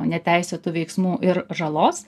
neteisėtų veiksmų ir žalos